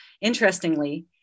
Interestingly